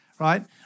right